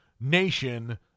nation